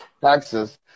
taxes